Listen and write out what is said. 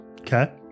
Okay